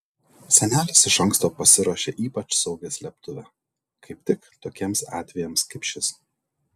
senelis iš anksto pasiruošė ypač saugią slėptuvę kaip tik tokiems atvejams kaip šis